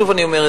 שוב אני אומרת,